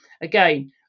Again